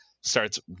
starts